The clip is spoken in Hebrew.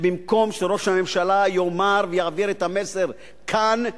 שבמקום שראש הממשלה יאמר ויעביר את המסר כאן,